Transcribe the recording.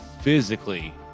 physically